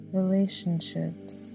relationships